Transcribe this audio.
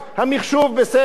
המחשוב בסדר.